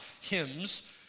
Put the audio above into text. hymns